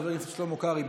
חבר הכנסת שלמה קרעי,